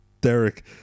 Derek